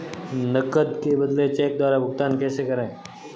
नकद के बदले चेक द्वारा भुगतान कैसे करें?